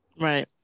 Right